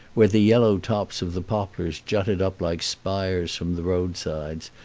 where the yellow tops of the poplars jutted up like spires from the road-sides,